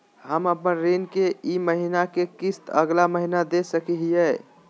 हम अपन ऋण के ई महीना के किस्त अगला महीना दे सकी हियई?